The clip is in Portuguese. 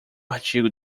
artigo